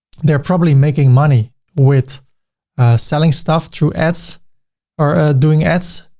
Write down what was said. they're probably making money with selling stuff through ads or doing ads.